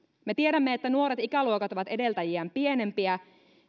me tiedämme että nuoret ikäluokat ovat edeltäjiään pienempiä